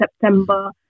September